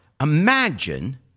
Imagine